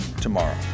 tomorrow